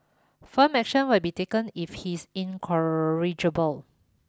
firm action will be taken if he is incorrigible